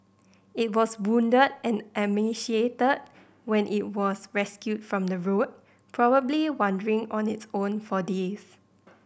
it was wounded and emaciated when it was rescued from the road probably wandering on its own for days